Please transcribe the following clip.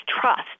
trust